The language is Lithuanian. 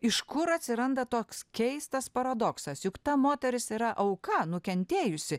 iš kur atsiranda toks keistas paradoksas juk ta moteris yra auka nukentėjusi